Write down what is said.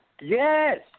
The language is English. Yes